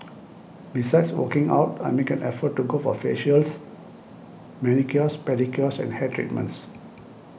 besides working out I make an effort to go for facials manicures pedicures and hair treatments